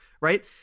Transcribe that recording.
right